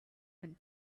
and